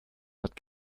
hat